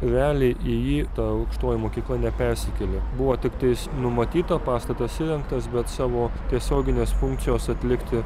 realiai į jį ta aukštoji mokykla nepersikėlė buvo tiktais numatyta pastatas įrengtas bet savo tiesioginės funkcijos atlikti